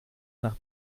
nach